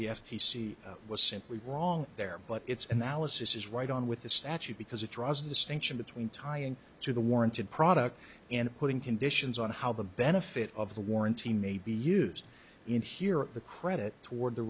c was simply wrong there but it's an alice this is right on with the statute because it draws a distinction between tying to the warranted product and putting conditions on how the benefit of the warranty may be used in here at the credit toward the